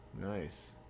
nice